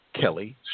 kelly